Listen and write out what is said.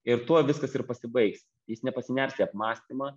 ir tuo viskas ir pasibaigs jis nepasiners į apmąstymą